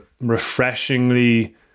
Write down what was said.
refreshingly